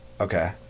okay